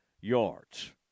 yards